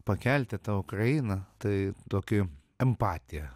pakelti tą ukrainą tai tokį empatiją